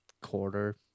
quarter